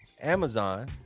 Amazon